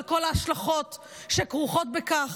על כל ההשלכות שכרוכות בכך,